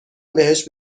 بهش